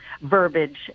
verbiage